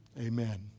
amen